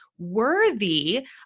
worthy